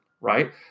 right